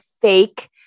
fake